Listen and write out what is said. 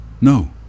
No